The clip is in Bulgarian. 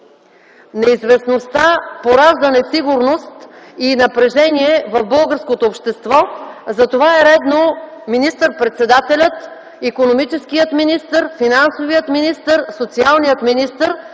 Неизвестността поражда несигурност и напрежение в българското общество. Затова е редно министър-председателят, икономическият министър, финансовият министър и социалният министър